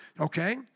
okay